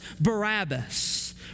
Barabbas